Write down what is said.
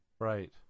Right